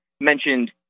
mentioned